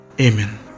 Amen